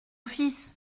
fils